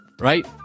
right